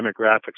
demographics